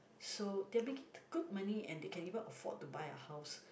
so they are making the good money and they can even afford to buy a house